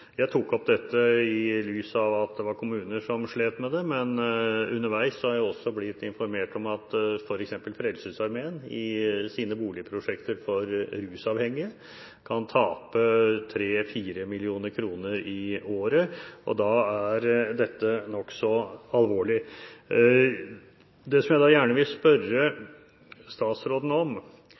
Jeg tok opp dette i lys av at det var kommuner som slet med det, men underveis har jeg også blitt informert om at f.eks. Frelsesarmeen, i sine boligprosjekter for rusavhengige, kan tape 3–4 mill. kr i året. Da er dette nokså alvorlig. Det som jeg gjerne vil spørre statsråden om